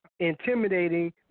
Intimidating